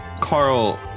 Carl